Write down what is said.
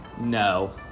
No